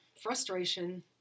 frustration